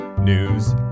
news